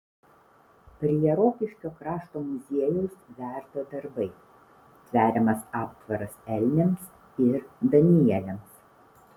prie rokiškio krašto muziejaus verda darbai tveriamas aptvaras elniams ir danieliams